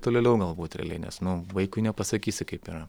tolėliau galbūt reliai nes nu vaikui nepasakysi kaip yra